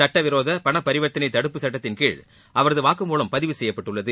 சுட்டவிரோத பணப்பரிவர்த்தனை தடுப்பு சட்டத்தின்கீழ் அவரது வாக்குமூலம் பதிவு செய்யப்பட்டுள்ளது